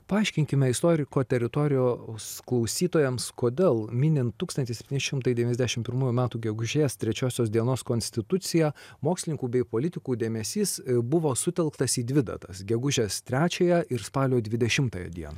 paaiškinkime istoriko teritorijos klausytojams kodėl minint tūkstantis septyni šimtai devyniasdešimt pirmųjų metų gegužės trečiosios dienos konstituciją mokslininkų bei politikų dėmesys buvo sutelktas į dvi datas gegužės trečiąją ir spalio dvidešimtąją dieną